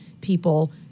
people